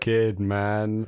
Kidman